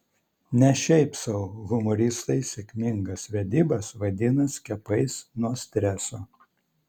ne šiaip sau humoristai sėkmingas vedybas vadina skiepais nuo streso